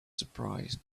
surprised